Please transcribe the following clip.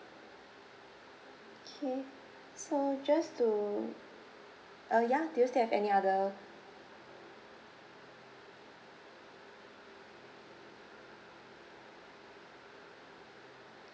okay so just to uh ya do you still have any other